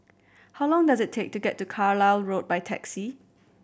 how long does it take to get to Carlisle Road by taxi